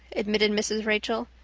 admitted mrs. rachel.